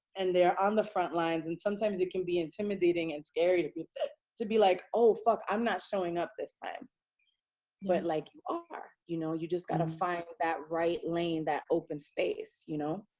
and they're on the front lines. and sometimes it can be intimidating and scary, to be but to be like, oh, fuck, i'm not showing up this time like you um are, you know, you just got to find but that right lane, that open space, you know?